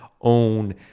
own